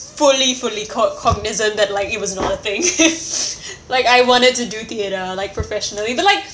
fully fully called cognizant that like it was not a thing like I wanted to do theater like professionally but like